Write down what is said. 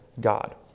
God